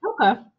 Okay